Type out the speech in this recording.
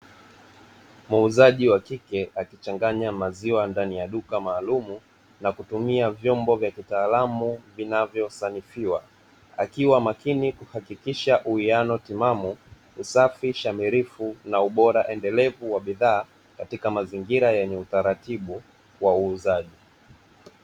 Muuzaji wa kike akichanganya maziwa ndani ya duka maalumu na kutumia vyombo vya kitaalamu, vinavyosanifiwa, akiwa makini kuhakikisha uwiano timamu, usafi shamirifu na ubora endelevu wa bidhaa katika mazingira yenye utaratibu wa uuzaji.